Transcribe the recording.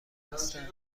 هستند